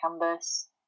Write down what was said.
canvas